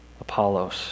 Apollos